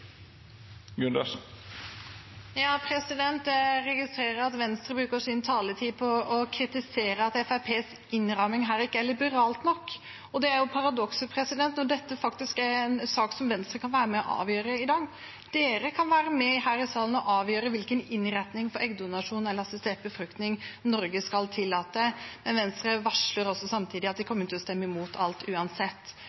Jeg registrerer at Venstre bruker sin taletid på å kritisere at Fremskrittspartiets innramming her ikke er liberal nok. Det er jo et paradoks, når dette faktisk er en sak som Venstre kan være med og avgjøre i dag. Venstre kan være med her i salen og avgjøre hvilken innretning for eggdonasjon eller assistert befruktning Norge skal tillate, men Venstre varsler samtidig at de